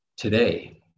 today